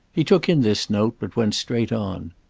he took in this note but went straight on.